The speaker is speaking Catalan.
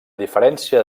diferència